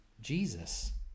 Jesus